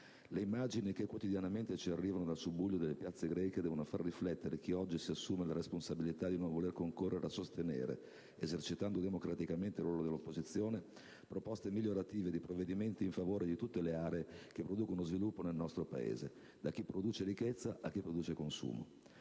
Le immagini che quotidianamente ci arrivano dal subbuglio delle piazze greche devono far riflettere chi oggi si assume la responsabilità di non voler concorrere a sostenere, esercitando democraticamente il ruolo dell'opposizione, proposte migliorative di provvedimenti in favore di tutte le aree che producono sviluppo nel nostro Paese, da chi produce ricchezza a chi produce consumo.